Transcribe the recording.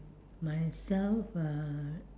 myself uh